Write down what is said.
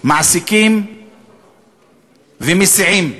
מעסיקים ומסיעים.